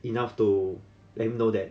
enough to let him know that